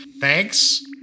Thanks